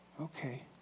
Okay